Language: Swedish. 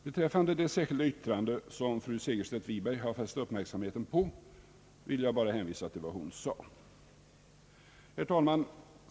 Beträffande det särskilda yttrande som fru Segerstedt Wiberg har fäst uppmärksamheten på ber jag att få hänvisa till vad hon sade. Herr talman!